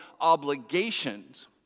obligations